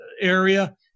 Area